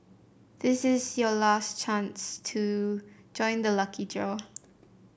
this is your last chance to join the lucky draw